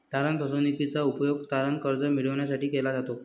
तारण फसवणूकीचा उपयोग तारण कर्ज मिळविण्यासाठी केला जातो